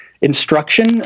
instruction